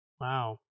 Wow